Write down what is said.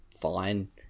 fine